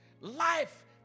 Life